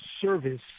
service